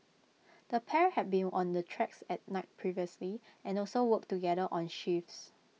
the pair had been on the tracks at night previously and also worked together on shifts